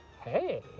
Hey